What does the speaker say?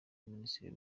minisitiri